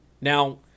Now